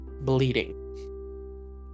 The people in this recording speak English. bleeding